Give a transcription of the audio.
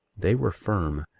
they were firm,